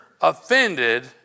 offended